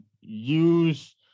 use